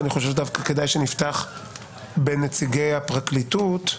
אבל דווקא כדאי שנפתח בנציגי הפרקליטות.